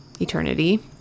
eternity